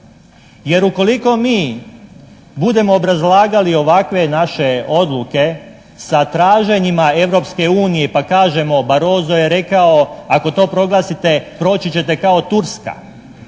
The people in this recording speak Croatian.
jer ukoliko mi budemo obrazlagali ovakve naše odluke sa traženjima Europske unije pa kažemo Barroso je rekao ako to proglasite proći ćete kao Turska.